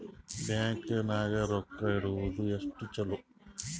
Bank ನಾಗ ರೊಕ್ಕ ಇಡುವುದು ಎಷ್ಟು ಚಲೋ?